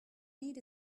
need